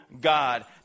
God